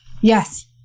yes